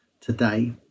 today